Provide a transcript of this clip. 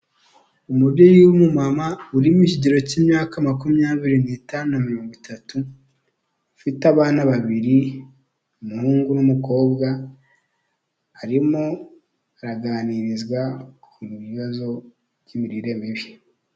umubyeyi w'umumama uri mu kigero cy'imyaka makumyabiri n'itanu na mirongo itatu ufite abana babiri, umuhungu n'umukobwa arimo araganirizwa ku bibazo by'imirire mibi.